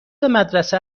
مدرسه